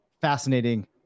fascinating